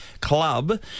Club